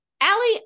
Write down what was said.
Allie